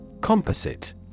Composite